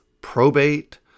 probate